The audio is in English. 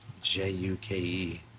J-U-K-E